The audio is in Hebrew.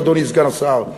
אדוני סגן השר,